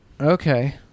Okay